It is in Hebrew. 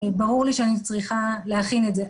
ברור לי אני צריכה להכין את זה,